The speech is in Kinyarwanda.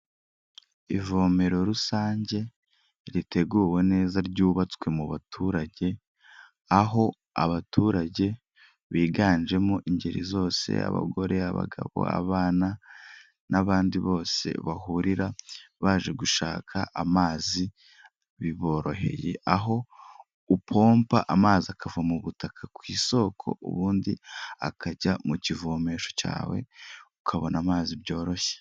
Ivomero rusange riteguwe neza ryubatswe mu baturage, aho abaturage biganjemo ingeri zose abagore, abagabo, abana n'abandi bose bahurira baje gushaka amazi biboroheye, aho upompa amazi akava mu butaka ku isoko ubundi akajya mu kivomesho cyawe, ukabona amazi byoroshye.